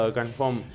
confirm